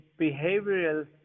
behavioral